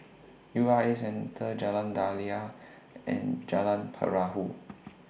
U R A Centre Jalan Daliah and Jalan Perahu